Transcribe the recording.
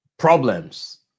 Problems